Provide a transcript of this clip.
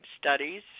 Studies